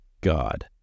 God